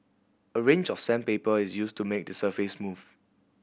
a range of sandpaper is used to make the surface smooth